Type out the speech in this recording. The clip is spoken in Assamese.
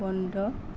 বন্ধ